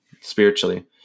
spiritually